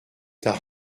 t’as